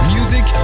Music